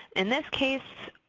in this case